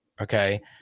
okay